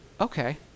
okay